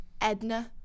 Edna